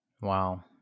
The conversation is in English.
Wow